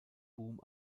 boom